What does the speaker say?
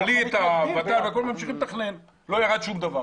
שום דבר